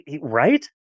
Right